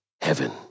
heaven